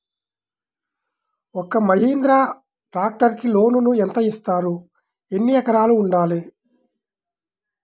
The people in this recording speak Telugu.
ఒక్క మహీంద్రా ట్రాక్టర్కి లోనును యెంత ఇస్తారు? ఎన్ని ఎకరాలు ఉండాలి?